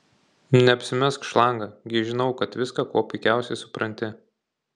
neapsimesk šlanga gi žinau kad viską kuo puikiausiai supranti